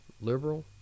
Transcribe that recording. liberal